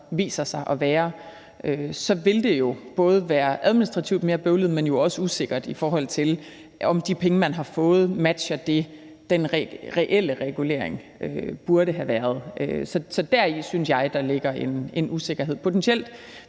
viser sig at være, så vil det jo både være administrativt mere bøvlet, men jo også usikkert, i forhold til om de penge, man har fået, matcher det, den reelle regulering burde have været. Deri synes jeg at der potentielt